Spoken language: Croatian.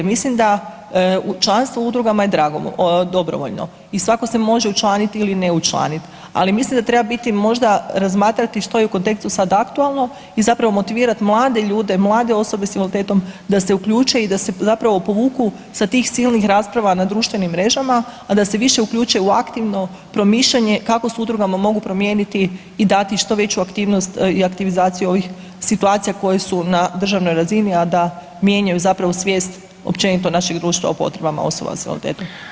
Mislim da, članstvo u udrugama dobrovoljno i svako se može učlaniti ili ne učlaniti ali mislim da treba biti možda razmatrati što je u kontekstu sad aktualno i zapravo motivirati mlade ljude, mlade osobe s invaliditetom da se uključe i da se zapravo povuku sa tih silnih rasprava na društvenim mrežama, a da se više uključe u aktivno promišljanje kako s udrugama mogu promijeniti i dati što veću aktivnost i aktivizaciju ovih situacija koje su na državnoj razini, a da mijenjaju zapravo svijest općenito našeg društva o potrebama osoba s invaliditetom.